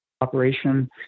operation